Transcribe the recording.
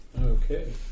Okay